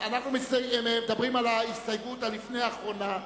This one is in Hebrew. אנחנו מדברים על ההסתייגות שלפני האחרונה,